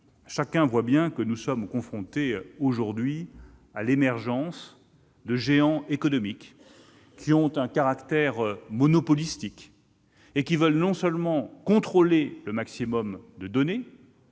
chacun voit bien que nous sommes aujourd'hui confrontés à l'émergence de géants économiques qui ont un caractère monopolistique. Ils veulent non seulement contrôler le plus de données